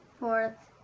fourth,